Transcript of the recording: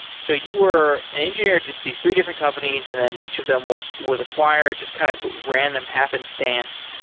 so, you were an engineer, just these three different companies and then each of them was was acquired just kind of random happenstance.